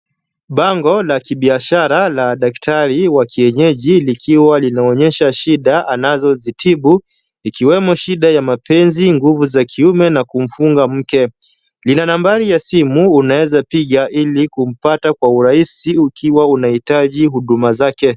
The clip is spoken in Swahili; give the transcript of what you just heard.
Bango la kibiashara la daktari wa kienyeji likiwa linaonyesha shida anazozitibu, ikiwemo shida ya mapenzi, nguvu za kiume na kumfunga mke. Lina nambari ya simu unaweza piga, ili kumpata kwa urahisi ukiwa unahitaji huduma zake.